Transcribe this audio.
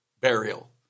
burial